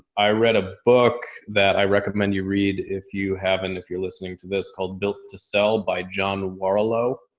i read a book that i recommend you read if you haven't, if you're listening to this called built to sell by john warrillow.